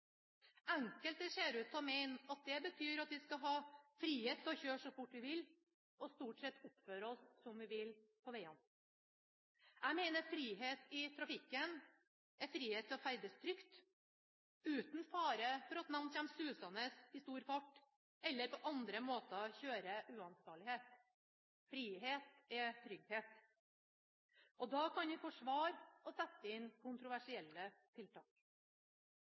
Enkelte ser ut til å mene at det betyr at vi skal ha frihet til å kjøre så fort vi vil, og stort sett oppføre oss som vi vil på veiene. Jeg mener frihet i trafikken er frihet til å ferdes trygt, uten fare for at noen kommer susende i stor fart eller på andre måter kjører uansvarlig. Frihet er trygghet. Da kan vi forsvare å sette inn kontroversielle tiltak.